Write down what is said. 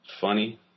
funny